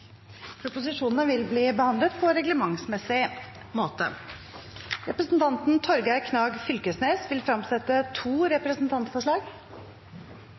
presidenten vil be representantene bli sittende til vi begynner på dagsordenen. Representanten Torgeir Knag Fylkesnes vil fremsette to representantforslag.